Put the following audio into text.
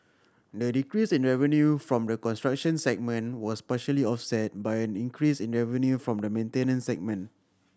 the decrease in revenue from the construction segment was partially offset by increase in revenue from the maintenance segment